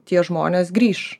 tie žmonės grįš